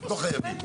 לא חייבים.